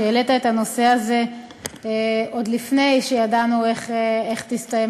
שהעלה את הנושא הזה עוד לפני שידענו איך תסתיים